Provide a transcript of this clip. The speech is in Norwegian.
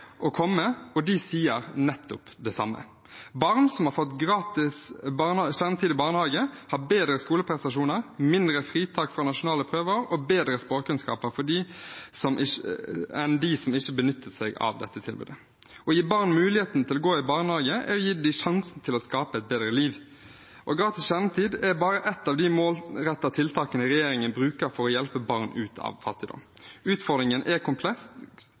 å komme, og de sier nettopp det samme. Barn som har fått gratis kjernetid i barnehage, har bedre skoleprestasjoner, mindre fritak fra nasjonale prøver og bedre språkkunnskaper enn dem som ikke har benyttet seg av dette tilbudet. Å gi barn muligheten til å gå i barnehage er å gi dem sjansen til å skape et bedre liv. Gratis kjernetid er bare ett av de målrettede tiltakene regjeringen bruker for å hjelpe barn ut av fattigdom. Utfordringen er kompleks,